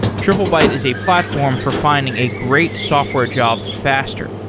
triplebyte is a platform for finding a great software job faster.